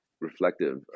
reflective